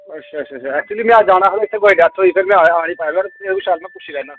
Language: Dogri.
अच्छा अच्छा ऐक्चूअली में अज्ज आना हा ना ते इत्थै कुसै दी डेथ होई गेई में आई निं पाया हा ते महां पुच्छी लैना